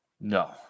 No